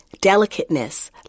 delicateness